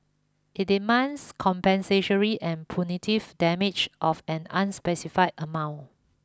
it demands compensatory and punitive damage of an unspecified amount